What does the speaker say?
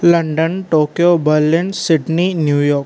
London Tokyo Berlin Sydney New York